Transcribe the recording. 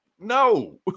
no